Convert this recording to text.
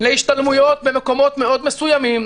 להשתלמויות במקומות מאוד מסוימים -- תודה.